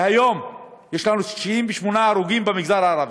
כי היום יש לנו 68 הרוגים במגזר הערבי,